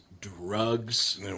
drugs